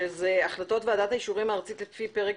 שזה החלטות ועדת האישורים הארצית לפי פרק